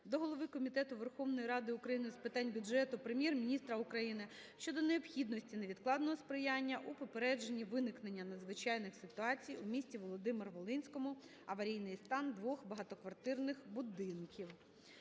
до голови Комітету Верховної Ради України з питань бюджету, Прем'єр-міністра України щодо необхідності невідкладного сприяння у попередженні виникнення надзвичайних ситуацій у місті Володимирі-Волинському (аварійний стан двох багатоквартирних будинків).